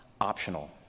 optional